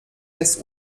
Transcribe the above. des